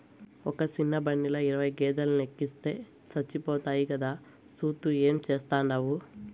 ఒక సిన్న బండిల ఇరవై గేదేలెనెక్కిస్తే సచ్చిపోతాయి కదా, సూత్తూ ఏం చేస్తాండావు